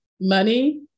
Money